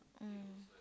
um